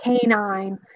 canine